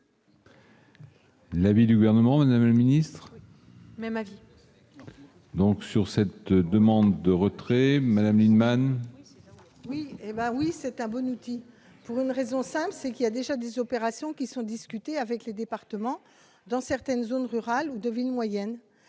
L'avis du gouvernement n'administre. Même avis. Donc sur cette demande de retrait Madame Lienemann. Oui, hé ben oui, c'est un bon outil pour une raison simple, c'est qu'il y a déjà des opérations qui sont discutées avec les départements dans certaines zones rurales ou de villes moyennes